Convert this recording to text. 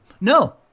No